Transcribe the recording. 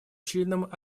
членам